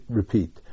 repeat